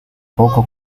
poco